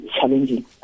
challenging